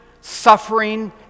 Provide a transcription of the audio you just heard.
suffering